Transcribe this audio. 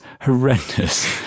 horrendous